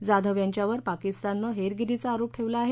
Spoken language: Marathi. जाधव यांच्यावर पाकिस्ताननं हेरगिरीचा आरोप ठेवला आहे